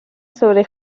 sobre